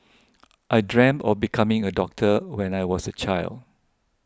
I dreamt of becoming a doctor when I was a child